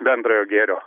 bendrojo gėrio